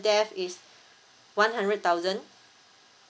death is one hundred thousand